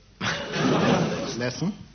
Lesson